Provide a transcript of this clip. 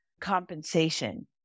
compensation